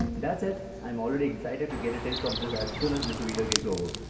that's it. i am already excited to get a taste of this as soon as this video is over.